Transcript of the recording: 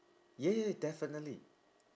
ya ya definitely